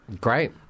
Great